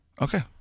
Okay